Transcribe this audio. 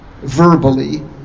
Verbally